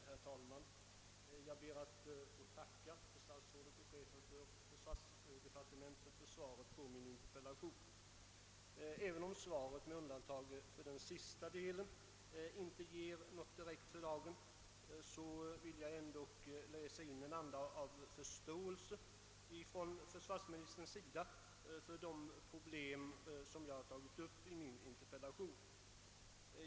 Herr talman! Jag ber att få tacka herr statsrådet och chefen för försvarsdepartementet för svaret på min interpellation. Även om svaret med undantag för den sista delen inte ger något direkt för dagen, vill jag läsa in en anda av förståelse från försvarsministerns sida för de problem som jag har tagit upp i min interpellation.